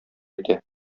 итә